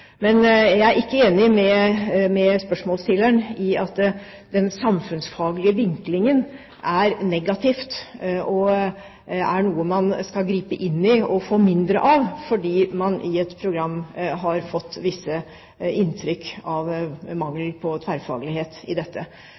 Men jeg er ikke enig med spørsmålsstilleren i at den samfunnsfaglige vinklingen er negativ og noe man skal gripe inn i og få mindre av fordi man i et program har fått visse inntrykk av mangel på tverrfaglighet i dette.